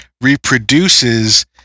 reproduces